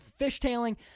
Fishtailing